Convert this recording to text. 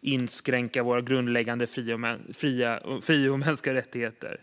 inskränka grundläggande friheter och mänskliga rättigheter.